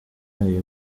ayo